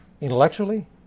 Intellectually